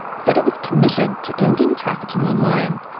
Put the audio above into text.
said it was committed to ending trafficking online,